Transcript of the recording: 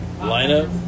lineup